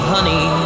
Honey